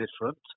different